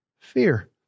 Fear